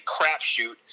crapshoot